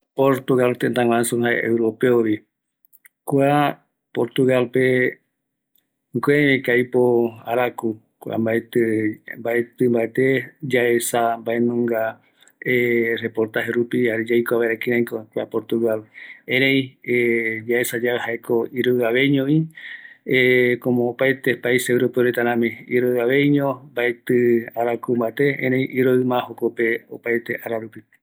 Kua portugal, jaevi tëtä europeo, jaereta rämiñovi iroɨ jenda, opaete yasɨ rupi arasape araroɨ, oïme misiyae ara ou araku kua tëtärupi, ëreï kuaigua reta oyepokua kuarupi oikovaera